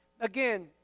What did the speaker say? again